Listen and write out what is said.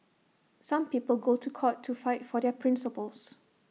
some people go to court to fight for their principles